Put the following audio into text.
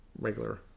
regular